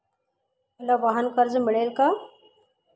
मला वाहनकर्ज मिळेल का?